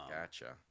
Gotcha